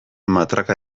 matraka